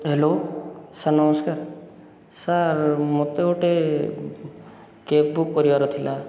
hello sir ନମସ୍କାର sir ମତେ ଗୋଟେ କ୍ୟାବ୍ ବୁକ୍ କରିବାର ଥିଲା